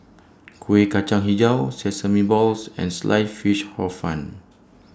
Kuih Kacang Hijau Sesame Balls and Sliced Fish Hor Fun